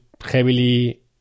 heavily